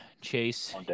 Chase